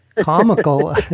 comical